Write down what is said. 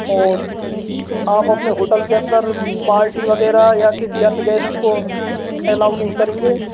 और आप अपने होटल के अंदर पार्टी वगैरह या किसी अन्य गेस्ट को एलाऊ नहीं करेंगे